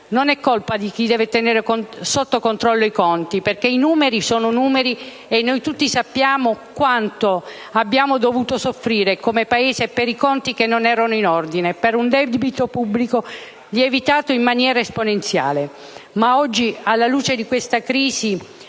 Non è colpa di chi deve tenere sotto controllo i conti, perché i numeri sono numeri e noi tutti sappiamo quanto abbiamo dovuto soffrire come Paese per i conti che non erano in ordine, per un debito pubblico lievitato in maniera esponenziale. Ma oggi, alla luce di questa crisi